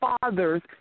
fathers